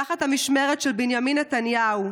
תחת המשמרת של בנימין נתניהו.